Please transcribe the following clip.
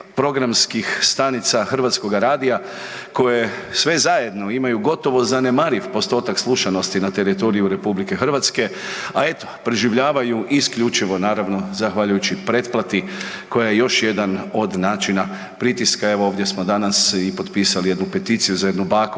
programskih stanica Hrvatskoga radija koje sve zajedno imaju gotovo zanemariv postotak slušanosti na teritoriju RH, a eto preživljavaju i isključivo naravno zahvaljujući pretplati koja je još jedan od načina pritiska. Evo ovdje smo danas i potpisali jednu peticiju za jednu baku